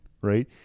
right